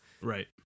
Right